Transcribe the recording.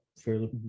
Fairly